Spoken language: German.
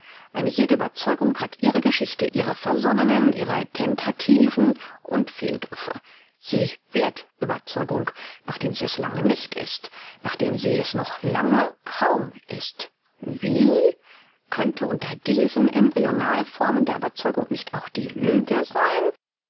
eine jede überzeugung hat ihre geschichte ihre versonnen ihre tentativen und fehlgriffe sie wird überzeugung nachdem sie es lange nicht ist nachdem sie es noch langer kaum ist wie könnte unter diesen embryonal formen der überzeugung nicht auch die lüge sein